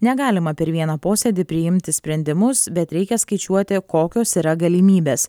negalima per vieną posėdį priimti sprendimus bet reikia skaičiuoti kokios yra galimybės